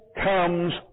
comes